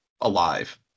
alive